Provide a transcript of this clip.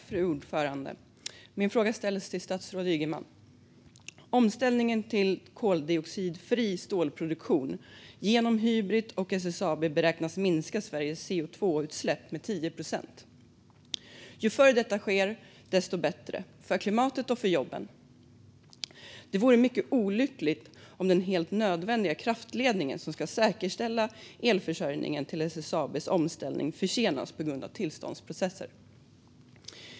Fru talman! Min fråga ställs till statsrådet Ygeman. Omställningen till koldioxidfri stålproduktion genom Hybrit och SSAB beräknas minska Sveriges CO2-utsläpp med 10 procent. Ju förr detta sker, desto bättre för klimatet och för jobben. Det vore mycket olyckligt om den helt nödvändiga kraftledning som ska säkerställa elförsörjningen till SSAB:s omställning försenas på grund av tillståndsprocesser.